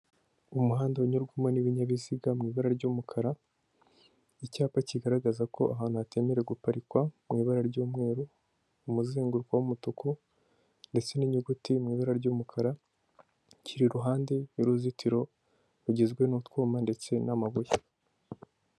Umuhanda unyurwamo n'ibinyabiziga mu ibara ry'umukara, icyapa kigaragaza ko ahantu hatemerewe guparikwa mu ibara ry'umweru, umuzenguruko w'umutuku ndetse n'inyuguti mu ibara ry'umukara, kiri iruhande y'uruzitiro, rugizwe n'utwuma ndetse n'amabuye.